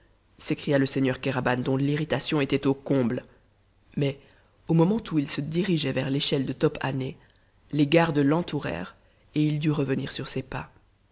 s'écria le seigneur kéraban dont l'irritation était au comble mais au moment où il se dirigeait vers l'échelle de top hané les gardes l'entourèrent et il dut revenir sur ses pas